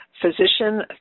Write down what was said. physician-